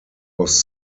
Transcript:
was